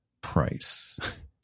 price